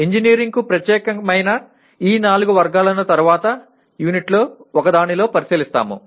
ఇంజనీరింగ్కు ప్రత్యేకమైన ఈ నాలుగు వర్గాలను తరువాత యూనిట్లలో ఒకదానిలో పరిశీలిస్తాము